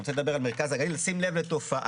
אני רוצה לדבר על מרכז הגליל, שים לב לתופעה,